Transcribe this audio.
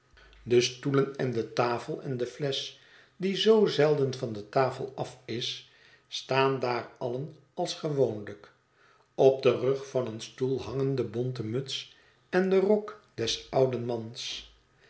de stoelen en de tafel en de flesch die zoo zelden van de tafel af is staan daar allen als gewoonlijk op den rug van een stoel hangen de bonten muts en de rok des ouden mans